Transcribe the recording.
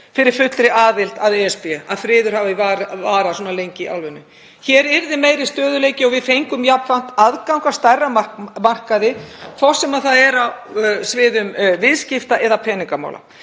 fyrir fullri aðild að ESB að friður hafi varað svona lengi í álfunni. Hér yrði meiri stöðugleiki og við fengum jafnframt aðgang að stærri markaði, hvort sem það er á sviðum viðskipta eða peningamála.